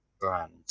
brand